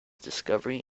discovery